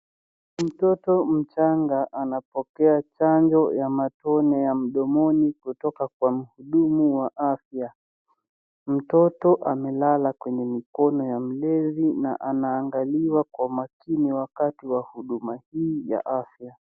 Mtoto mchanga anapokea chanjo ya matone ya mdomoni kutoka kwa mhudumu wa afya. Mtoto amelala kwenye mkono wa mlezi na anaangaliwa kwa makini wakati wa huduma hii ya afya.